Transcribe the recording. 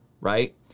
right